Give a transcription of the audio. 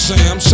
Sam